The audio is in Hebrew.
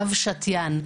אב שתיין,